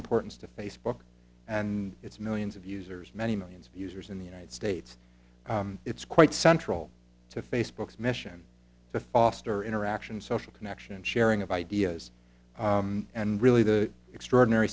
importance to facebook and its millions of users many millions of users in the united states it's quite central to facebook's mission to foster interaction social connection and sharing of ideas and really the extraordinary